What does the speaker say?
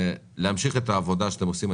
אני מבקש מכם להמשיך את העבודה שאתם עושים.